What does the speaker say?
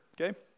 Okay